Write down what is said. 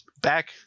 back